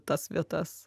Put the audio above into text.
tas vietas